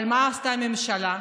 אבל מה עשתה הממשלה?